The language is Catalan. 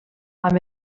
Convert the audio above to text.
amb